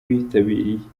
bitabiriye